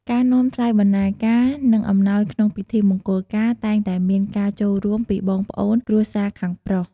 ការនាំថ្លៃបណ្ដាការ និងអំណោយក្នុងពិធីមង្គលការតែងតែមានការចូលរួមពីបងប្អូនគ្រួសារខាងប្រុស។